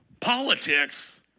politics